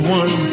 one